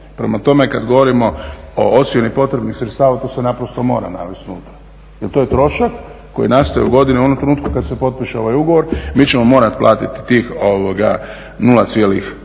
Prema tome kada govorimo o ocjeni potrebnih sredstva to se mora navesti unutra jel to je trošak koji nastaje u godini u onom trenutku kada se potpiše ovaj ugovor. Mi ćemo morati platiti tih 0,25%